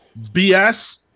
BS